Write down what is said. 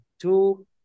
two